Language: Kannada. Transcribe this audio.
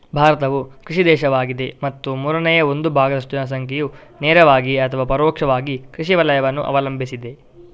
ಭಾರತವು ಕೃಷಿ ದೇಶವಾಗಿದೆ ಮತ್ತು ಮೂರನೇ ಒಂದು ಭಾಗದಷ್ಟು ಜನಸಂಖ್ಯೆಯು ನೇರವಾಗಿ ಅಥವಾ ಪರೋಕ್ಷವಾಗಿ ಕೃಷಿ ವಲಯವನ್ನು ಅವಲಂಬಿಸಿದೆ